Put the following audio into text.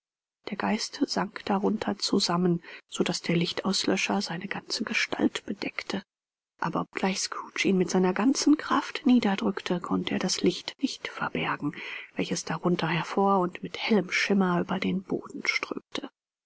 der geist sank darunter zusammen so daß der lichtauslöscher seine ganze gestalt bedeckte aber obgleich scrooge ihn mit seiner ganzen kraft niederdrückte konnte er das licht nicht verbergen welches darunter hervor und mit hellem schimmer über den boden strömte